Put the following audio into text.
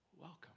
Welcome